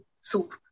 soup